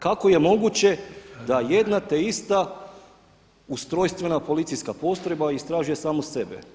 Kako je moguće da jedna te ista ustrojstvena policijska postrojba istražuje samu sebe?